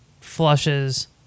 flushes